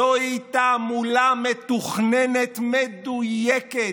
זוהי תעמולה מתוכננת, מדויקת,